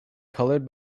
colored